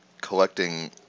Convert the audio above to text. collecting